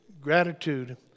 gratitude